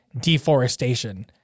deforestation